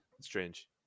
strange